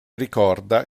ricorda